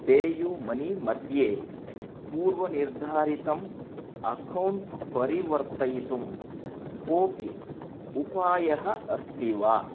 pay you money मध्ये पूर्वनिर्धारितम् account परिवर्तयितुं कोऽपि उपायः अस्ति वा